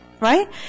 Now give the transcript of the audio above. Right